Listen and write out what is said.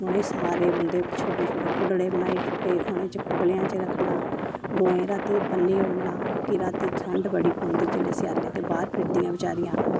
उने सारे बंदे छोटे छोटे खुलड़े बनाई सुट्टे उनें खुलड़े च रक्खना गवें रात्तीं ब'न्नी ओड़ना कि रातीं ठण्ड बड़ी पौंदी जेल्ले स्याले ते बाह्र फिरदियां बचैरियां